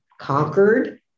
conquered